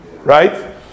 right